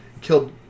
killed